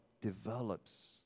develops